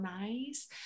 nice